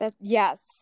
Yes